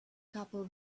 couple